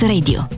Radio